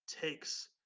takes